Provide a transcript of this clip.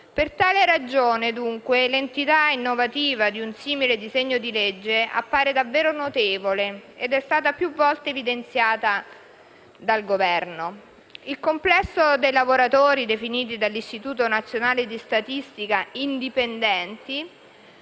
Per tale ragione, dunque, l'entità innovativa di un simile disegno di legge appare davvero notevole ed è stata più volta evidenziata dal Governo. Il complesso dei lavoratori indipendenti, definiti dall'Istituto nazionale di statistica, era,